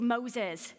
Moses